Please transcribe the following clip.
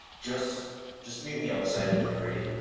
just just meet me outside when you're ready.